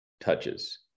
touches